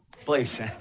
please